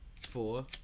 four